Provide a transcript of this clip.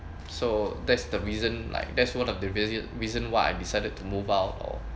so that's the reason like there's one of the re~ reason why I decided to move out or